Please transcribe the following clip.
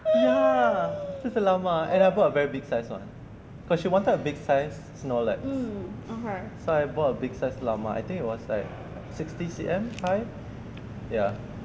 ya I chose the llama and I bought a very big size one cause she wanted a big size snorlax so I bought a big size llama I think it was like sixty C_M high ya